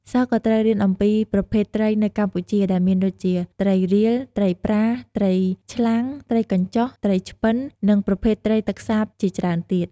សិស្សក៏ត្រូវរៀនអំពីប្រភេទត្រីនៅកម្ពុជា ដែលមានដូចជា ត្រីរៀល ត្រីប្រា ត្រីឆ្លាំង ត្រីកញ្ជុះ ត្រីឆ្ពិន និងប្រភេទត្រីទឹកសាបជាច្រើនទៀត។